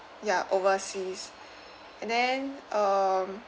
ya overseas and then um